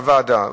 לוועדה,